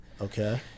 Okay